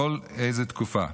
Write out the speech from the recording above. כל איזו תקופה.